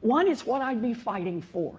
one is what i'd be fighting for,